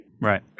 Right